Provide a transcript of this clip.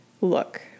Look